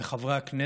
חברי הכנסת,